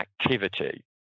activity